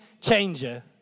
changer